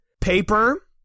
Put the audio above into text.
paper